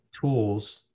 tools